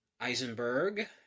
Eisenberg